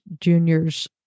juniors